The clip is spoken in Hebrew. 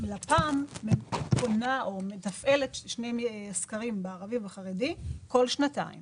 לפ"מ מתפעלת שני סקרים במגזר הערבי והחרדי כל שנתיים